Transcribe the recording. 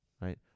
right